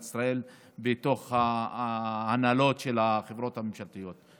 ישראל בתוך ההנהלות של החברות הממשלתיות.